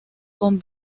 con